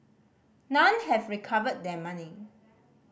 none have recovered their money